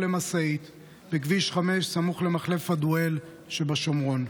למשאית בכביש 5 סמוך למחלף פדואל בשומרון.